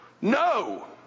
No